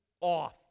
off